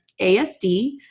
ASD